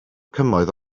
cymoedd